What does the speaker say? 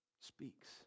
speaks